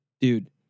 dude